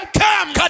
come